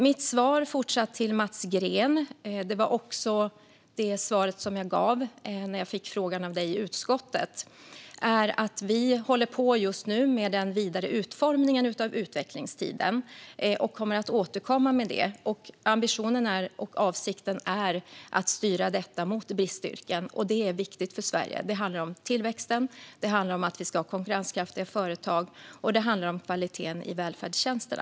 Mitt svar till Mats Green är fortfarande det svar jag gav när jag fick frågan av dig i utskottet: Vi håller just nu på med den vidare utformningen av utvecklingstiden och kommer att återkomma med den. Ambitionen och avsikten är att styra detta mot bristyrken, och det är viktigt för Sverige. Det handlar om tillväxten, om att vi ska ha konkurrenskraftiga företag och om kvaliteten i välfärdstjänsterna.